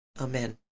Amen